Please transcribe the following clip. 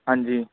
ਹਾਂਜੀ